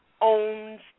owns